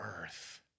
earth